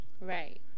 Right